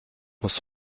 muss